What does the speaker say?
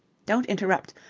don't interrupt!